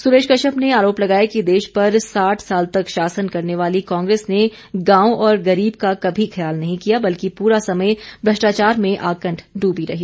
सुरेश कश्यप ने आरोप लगाया कि देश पर साठ साल तक शासन करने वाली कांग्रेस ने गांव और गरीब का कभी ख्याल नहीं किया बल्कि पूरा समय भ्रष्टाचार में आकंठ डूबी रही